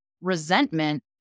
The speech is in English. resentment